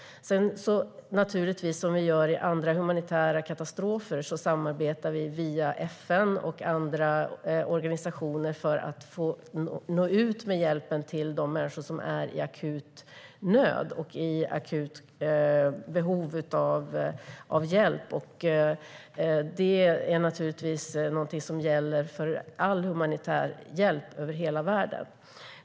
För att nå ut till de människor som är i akut nöd och akut behov av hjälp samarbetar vi naturligtvis via FN och andra organisationer, liksom vi gör vid andra humanitära katastrofer. Det gäller för all humanitär hjälp över hela världen.